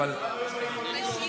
בעניין.